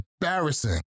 embarrassing